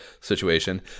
situation